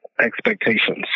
expectations